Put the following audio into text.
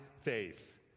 faith